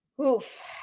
Oof